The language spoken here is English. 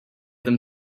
them